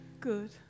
Good